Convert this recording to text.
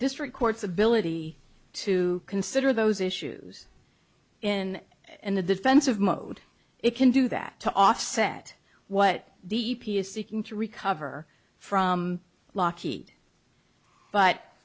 district courts ability to consider those issues in in the defensive mode it can do that to offset what the e p a is seeking to recover from lockheed but